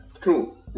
true